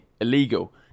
illegal